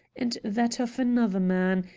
and that of another man,